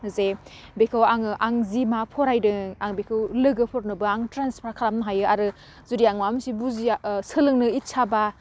जे बेखौ आङो आं जि मा फरायदों आं बेखौ लोगोफोरनोबो आं ट्रेनफार खालामनो हायो आरो जुदि आं माबा मोनसे बुजिया ओह सोलोंनो इदसा बा